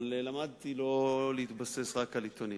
אבל למדתי לא להתבסס רק על עיתונים.